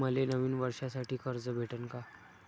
मले नवीन वर्षासाठी कर्ज भेटन का?